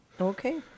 Okay